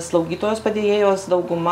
slaugytojos padėjėjos dauguma